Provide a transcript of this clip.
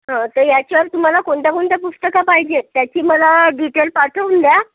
हं तर याच्यावर तुम्हाला कोणत्या कोणत्या पुस्तकं पाहिजे आहेत त्याची मला डिटेल पाठवून द्या